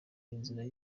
inzira